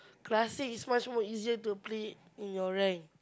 classic is much more easier to play in your rank